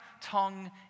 tongue